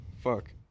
Fuck